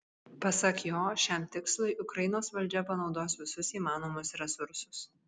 pasak jo šiam tikslui ukrainos valdžia panaudos visus įmanomus resursus